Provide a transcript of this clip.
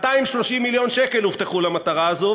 230 מיליון שקל הובטחו למטרה הזו,